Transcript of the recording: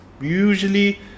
usually